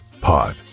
Pod